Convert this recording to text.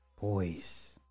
Boys